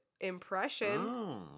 impression